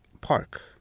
Park